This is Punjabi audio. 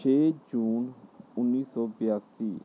ਛੇ ਜੂਨ ਉੱਨੀ ਸੌ ਬਿਆਸੀ